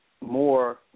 more